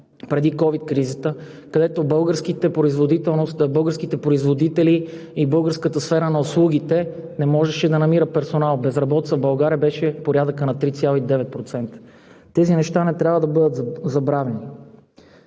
преди ковид кризата, когато българските производители и българската сфера на услугите не можеха да намират персонал. Безработицата в България беше в порядъка на 3,9%. Тези неща не трябва да бъдат забравени.